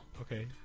Okay